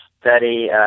study